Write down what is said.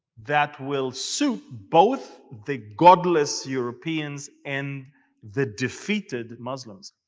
that will suit both the godless europeans and the defeated muslims.